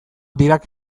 dirac